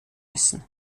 müssen